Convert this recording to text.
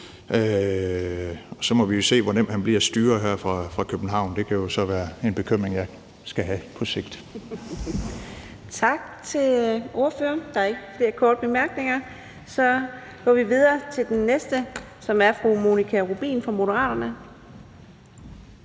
så må vi jo se, hvor nem han bliver at styre her fra København. Det kan så være en bekymring, jeg skal have på sigt. Kl. 15:40 Fjerde næstformand (Karina Adsbøl): Tak til ordføreren. Der er ikke flere korte bemærkninger. Så går vi videre til den næste ordfører, som er fru Monika Rubin fra Moderaterne.